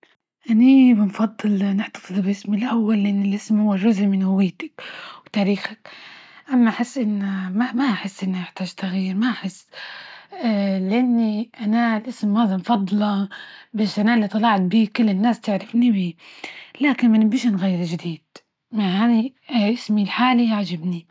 أني بنفضل نحتفظ بإسمي الأول، لأن الإسم هو جزء من هويتى وتاريخك أما حس، إن ما أحس إنه يحتاج تغيير ما أحس لأني أنا اسم مازن نفضله بش أنا إللي طلعت بيه، كل الناس تعرفني بيه، لكن منبيش نغير لجديد، يعنى إسمى الحالى عجبنى.